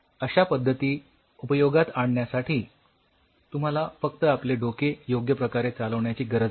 अश्या पद्धती उपयोगात आणण्यासाठी तुम्हाला फक्त आपले डोके योग्य प्रकारे चालविण्याची गरज आहे